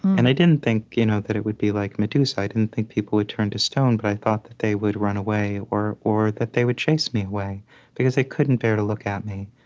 and i didn't think you know that it would be like medusa i didn't think people would turn to stone, but i thought that they would run away or or that they would chase me away because they couldn't bear to look at me,